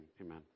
amen